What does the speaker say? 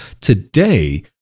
today